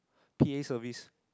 p_a service